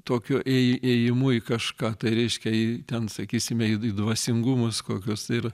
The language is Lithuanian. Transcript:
tokiu ėj ėjimu į kažką tai reiškia į ten sakysime į dvasingumus kokius ir